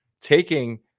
taking